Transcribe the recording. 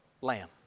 lamb